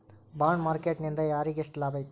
Bond market ನಿಂದಾ ಯಾರಿಗ್ಯೆಷ್ಟ್ ಲಾಭೈತಿ?